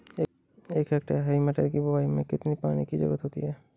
एक हेक्टेयर हरी मटर की बुवाई में कितनी पानी की ज़रुरत होती है?